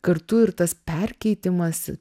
kartu ir tas perkeitimas